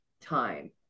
time